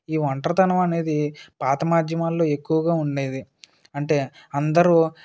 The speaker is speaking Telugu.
ఈ ఒంటరితనం అనేది పాత మాధ్యమాలలో ఎక్కువగా ఉండేది అంటే అందరు